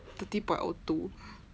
thirty point O two